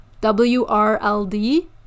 W-R-L-D